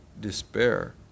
despair